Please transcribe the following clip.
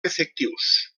efectius